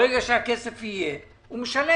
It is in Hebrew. הוא אומר שברגע שהכסף יהיה, הוא משלם.